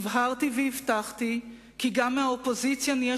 הבהרתי והבטחתי כי גם מהאופוזיציה נהיה